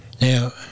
Now